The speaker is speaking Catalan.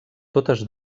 totes